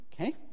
Okay